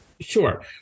Sure